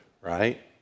right